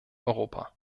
europa